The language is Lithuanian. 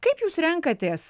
kaip jūs renkatės